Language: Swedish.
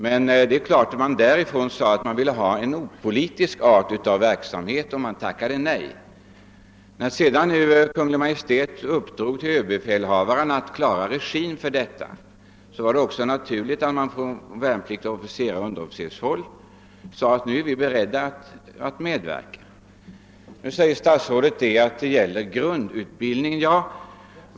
De sade naturligtvis att de ansåg att en sådan verksamhet borde vara opolitisk och tackade därför nej till inbjudan. När sedan Kungl. Maj:t uppdrog åt ÖB att ordna regin för värnpliktsriksdagarna är det naturligt att de värnpliktiga underofficerarna och officerarna förklarade sig beredda att medverka. Statsrådet säger i svaret att deltagandet gäller värnpliktiga under grundutbildning.